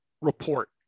report